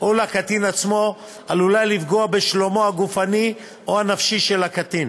או לקטין עצמו עלולה לפגוע בשלומו הגופני או הנפשי של הקטין